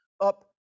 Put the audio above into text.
up